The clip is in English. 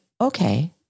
okay